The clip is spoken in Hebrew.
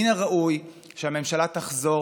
מן הראוי שהממשלה תחזור,